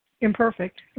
imperfect